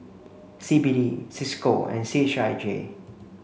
C B D Cisco and C H I J